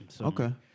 Okay